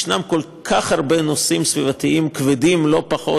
יש כל כך הרבה נושאים סביבתיים כבדים לא פחות,